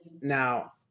Now